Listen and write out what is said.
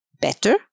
better